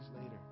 later